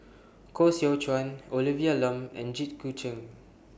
Koh Seow Chuan Olivia Lum and Jit Koon Ch'ng